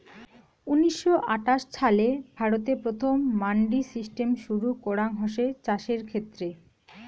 উনিশশো আটাশ ছালে ভারতে প্রথম মান্ডি সিস্টেম শুরু করাঙ হসে চাষের ক্ষেত্রে